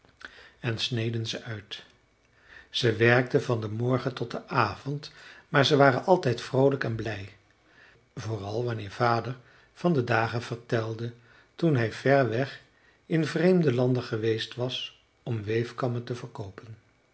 en sneden ze uit ze werkten van den morgen tot den avond maar ze waren altijd vroolijk en blij vooral wanneer vader van de dagen vertelde toen hij ver weg in vreemde landen geweest was om weefkammen te verkoopen